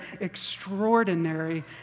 extraordinary